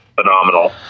phenomenal